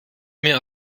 mir